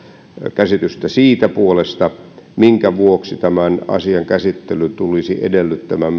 käsitystä siitä puolesta minkä vuoksi tämän asian käsittely tulisi edellyttämään